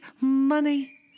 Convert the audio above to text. money